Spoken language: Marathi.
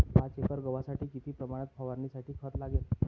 पाच एकर गव्हासाठी किती प्रमाणात फवारणीसाठी खत लागेल?